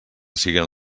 siguen